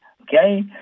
okay